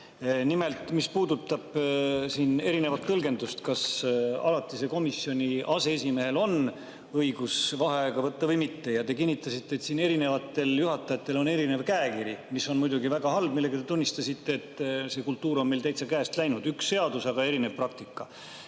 Nimelt, see puudutab erinevat tõlgendust, kas alatise komisjoni aseesimehel on õigus vaheaega võtta või mitte. Te kinnitasite, et erinevatel juhatajatel on erinev käekiri. See on muidugi väga halb, sest sellega te tunnistasite, et see kultuur on meil täitsa käest läinud – üks seadus, aga erinev praktika.